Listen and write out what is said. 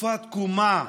זקופת קומה,